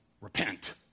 Repent